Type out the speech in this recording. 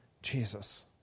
Jesus